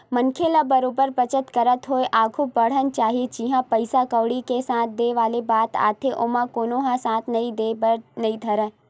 मनखे ल बरोबर बचत करत होय आघु बड़हना चाही जिहाँ पइसा कउड़ी के साथ देय वाले बात आथे ओमा कोनो ह साथ नइ देय बर नइ धरय